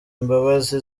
imbabazi